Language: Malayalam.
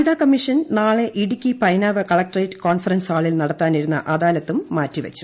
വനിതാ കമ്മീഷൻ നാളെ ഇടുക്കി പൈനാവ് കളക്ട്രേറ്റ് കോൺഫറൻസ് ഹാളിൽ നടത്താനിരുന്ന അദാലത്തും മാറ്റിവച്ചു